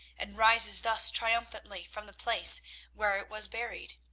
and rises thus triumphantly from the place where it was buried.